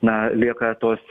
na lieka tos